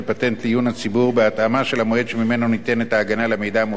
ובהתאמה של המועד שממנו ניתנת הגנה למידע המופיע בבקשת הפטנט,